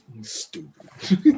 stupid